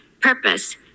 purpose